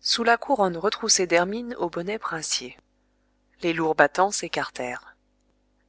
sous la couronne retroussée d'hermine au bonnet princier les lourds battants s'écartèrent